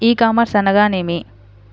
ఈ కామర్స్ అనగా నేమి?